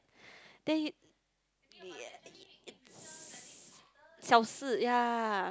then it yeah it's 小事 yeah